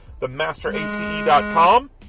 TheMasterAce.com